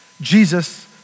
Jesus